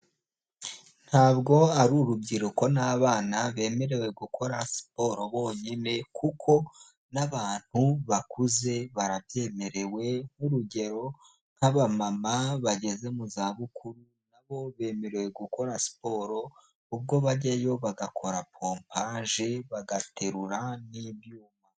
Ntabwo ari urubyiruko n'abana bemerewe gukora siporo bonyine kuko n'abantu bakuze barabyemerewe nk'urugero nk'abamama bageze mu zabukuru, na bo bemerewe gukora siporo ubwo bajyayo bagakora pompaje, bagaterura n'ibyuma.